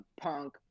punk